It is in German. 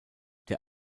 der